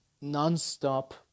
non-stop